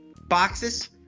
boxes